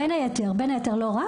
בין היתר, לא רק.